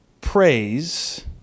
praise